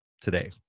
today